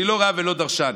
אני לא רב ולא דרשן,